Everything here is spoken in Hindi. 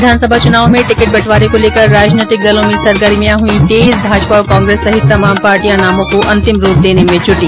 विधानसभा चुनाव में टिकिट बंटवारे को लेकर राजनैतिक दलों में सरगर्मिया हुई तेज भाजपा और कांग्रेस सहित तमाम पार्टिया नामों को अंतिम रूप देने में जुटी